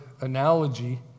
analogy